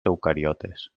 eucariotes